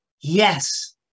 yes